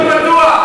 למה הכול פתוח?